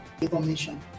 information